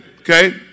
Okay